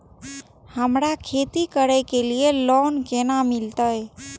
हमरा खेती करे के लिए लोन केना मिलते?